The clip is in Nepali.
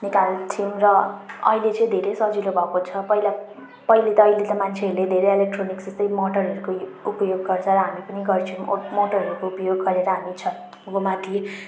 निकाल्छौँ र अहिले चाहिँ धेरै सजिलो भएको छ पहिला पहिले त अहिले त मान्छेहरूले धेरै इलेक्ट्रोनिक्स जस्तो मोटरको उपयोग गर्छ र हामी पनि गर्छौँ मोटरहरूको उपयोग गरेर हामी छतको माथि